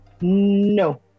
No